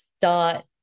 start